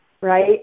right